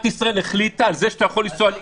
ישראל החליטה על זה שאתה יכול ליוון,